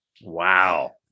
Wow